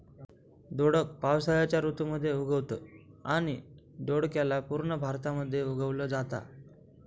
दोडक पावसाळ्याच्या ऋतू मध्ये उगवतं आणि दोडक्याला पूर्ण भारतामध्ये उगवल जाता